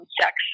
sex